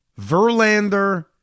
Verlander